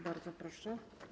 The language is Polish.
Bardzo proszę.